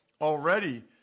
already